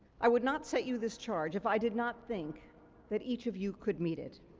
i would not set you this charge if i did not think that each of you could meet it.